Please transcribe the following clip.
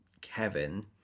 Kevin